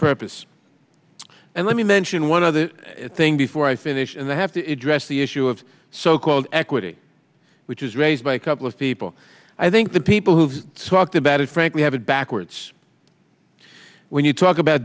purpose and let me mention one other thing before i finish and i have to address the issue of so called equity which is raised by a couple of people i think the people who've talked about it frankly have it backwards when you talk about